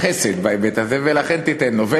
חסד בהיבט הזה, ולכן: תיתן לו.